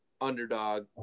underdog